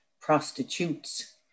prostitutes